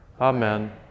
Amen